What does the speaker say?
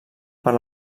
per